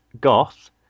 goth